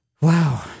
wow